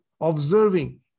observing